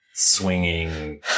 swinging